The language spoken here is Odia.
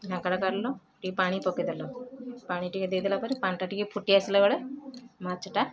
ଢାଙ୍କାଟା କାଢ଼ିଲ ଟିକେ ପାଣି ପକେଇଦେଲ ପାଣି ଟିକେ ଦେଇଦେଲା ପରେ ପାଣିଟା ଟିକେ ଫୁଟି ଆସିଲା ବେଳେ ମାଛଟା